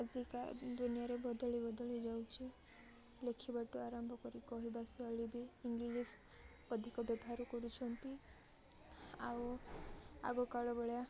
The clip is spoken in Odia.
ଆଜିକା ଦୁନିଆରେ ବଦଳି ବଦଳି ଯାଉଛି ଲେଖିବାଠୁ ଆରମ୍ଭ କରି କହିବା ଶୈଳୀ ବି ଇଂଲିଶ ଅଧିକ ବ୍ୟବହାର କରୁଛନ୍ତି ଆଉ ଆଗକାଳ ଭଳିଆ